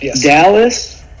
Dallas